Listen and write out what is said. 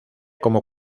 como